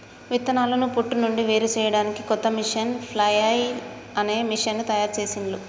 విత్తనాలను పొట్టు నుండి వేరుచేయడానికి కొత్త మెషీను ఫ్లఐల్ అనే మెషీను తయారుచేసిండ్లు